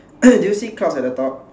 do you see clouds at the top